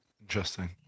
Interesting